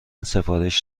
سفارش